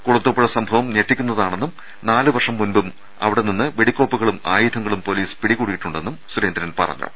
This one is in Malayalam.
കുളത്തൂപ്പുഴ സംഭവം ഞെട്ടിക്കുന്നതാണെന്നും നാലു വർഷം മുമ്പും അവിടെ നിന്ന് വെടിക്കോപ്പുകളും ആയുധങ്ങളും പൊലീസ് പിടികൂടിയിട്ടുണ്ടെന്നും സുരേന്ദ്രൻ പറഞ്ഞു